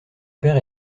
père